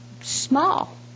small